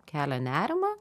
kelia nerimą